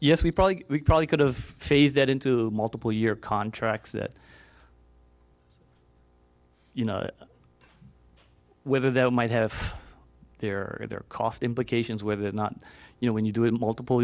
yes we probably we probably could've phase that into multiple year contracts that you know whether that might have their their cost implications whether or not you know when you do it multiple